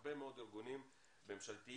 והרבה מאוד ארגונים ממשלתיים,